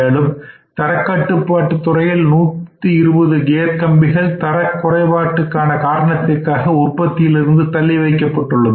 மேலும் தரக்கட்டுப்பாட்டு துறையில் 120 கியர் கம்பிகள் தர குறைபாட்டுக்கான காரணத்திற்காக உற்பத்தியிலிருந்து தள்ளிவைக்கப்பட்டுள்ளது